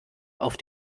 auf